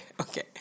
okay